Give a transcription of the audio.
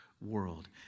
World